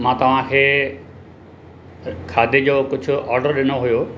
मां तव्हांखे खाधे जो कुझु ऑडर ॾिनो हुओ